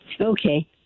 Okay